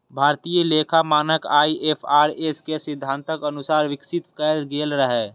भारतीय लेखा मानक आई.एफ.आर.एस के सिद्धांतक अनुसार विकसित कैल गेल रहै